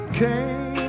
came